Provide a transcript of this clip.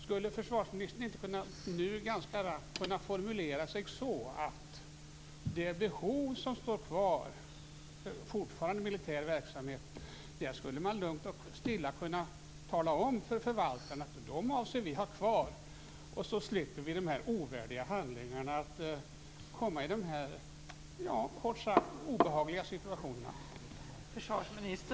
Skulle försvarsministern inte nu ganska rappt kunna formulera sig så, att när det gäller det behov som står kvar, och som fortfarande är militär verksamhet, skulle man lugnt och stilla kunna tala om för förvaltaren att man avser att ha kvar verksamheten. Då slipper vi dessa ovärdiga handlingar och att komma i dessa kort sagt obehagliga situationer.